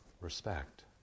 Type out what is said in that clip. respect